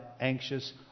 anxious